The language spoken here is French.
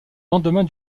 lendemain